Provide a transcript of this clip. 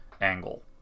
angle